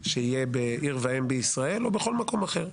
שיהיה בעיר ואם בישראל ובכל מקום אחר.